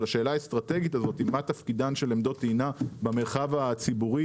השאלה האסטרטגית הזאת מה תפקידן של עמדות טעינה במרחב הציבורי